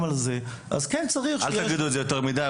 על זה --- אל תגידו את זה יותר מידי,